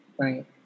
Right